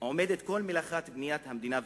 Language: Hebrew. עומדת כל מלאכת בניית המדינה והחברה,